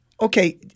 Okay